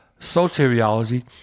soteriology